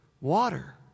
water